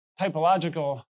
typological